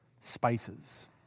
Spices